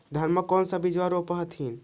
धनमा कौन सा बिजबा रोप हखिन?